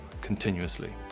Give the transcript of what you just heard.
continuously